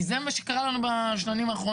כי זה מה שקרה לנו בשנים האחרונות.